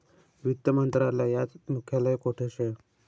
वित्त मंत्रालयात मुख्यालय कोठे शे